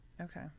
Okay